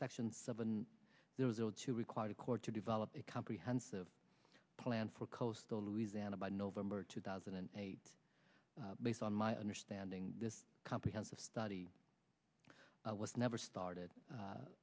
section seven there was zero to require the court to develop a comprehensive plan for coastal louisiana by november two thousand and eight based on my understanding this comprehensive study was never started